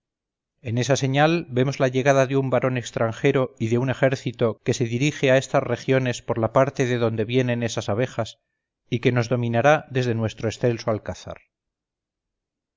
en esa señal vemos la llegada de un varón extranjero y de un ejército que se dirige a estas regiones por la parte de donde vienen esas abejas y que nos dominará desde nuestro excelso alcázar